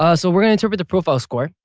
ah so we're gonna interpret the profile score.